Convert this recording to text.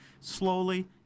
slowly